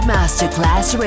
Masterclass